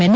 N